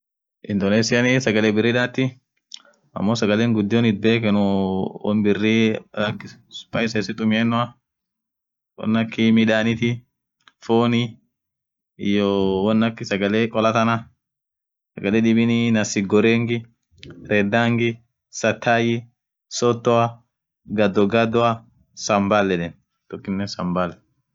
Indonesia sagale birri dhathi ammo sagale ghudion itbekhenu wonn birri akaa percies tumenoa wonn akaa midhanithi fonni won akaa sagale kholaa thana sagale dhibin nassip ghorengi pendangii sartai sothoa ghadoghadoa sambal yedheni tokinen sambal